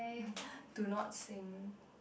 do not sing